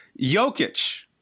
Jokic